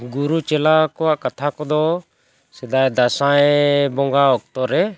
ᱜᱩᱨᱩ ᱪᱮᱞᱟ ᱠᱚᱣᱟᱜ ᱠᱟᱛᱷᱟ ᱠᱚᱫᱚ ᱥᱮᱫᱟᱭ ᱫᱟᱥᱟᱭ ᱵᱚᱸᱜᱟ ᱚᱠᱛᱚ ᱨᱮ